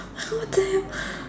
like what the hell